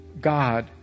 God